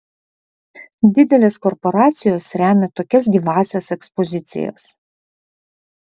didelės korporacijos remia tokias gyvąsias ekspozicijas